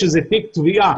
שזה תיק תביעה,